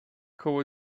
koło